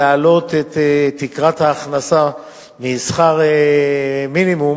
להעלות את תקרת ההכנסה משכר מינימום